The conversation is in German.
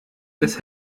des